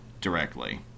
directly